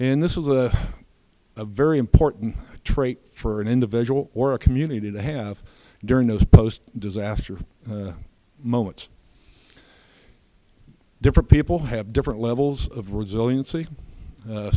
in this is a a very important trait for an individual or a community to have during those post disaster moments different people have different levels of resilienc